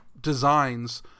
designs